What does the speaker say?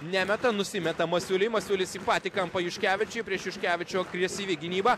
nemeta nusimeta masiuliui masiulis į patį kampą juškevičiui prieš juškevičių agresyvi gynyba